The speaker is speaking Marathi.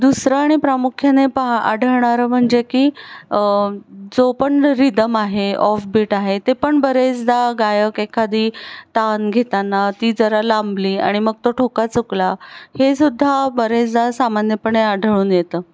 दुसरं आणि प्रामुख्याने पा आढळणारं म्हणजे की जो पण ह्रिदम आहे ऑफबीट आहे ते पण बरेचदा गायक एखादी तान घेताना ती जरा लांबली आणि मग तो ठोका चुकला हे सुद्धा बरेचदा सामान्यपणे आढळून येतं